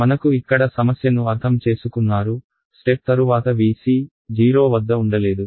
మనకు ఇక్కడ సమస్యను అర్థం చేసుకున్నారు స్టెప్ తరువాత Vc 0 వద్ద ఉండలేదు